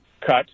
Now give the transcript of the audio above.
cut